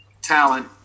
talent